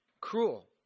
cruel